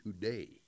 today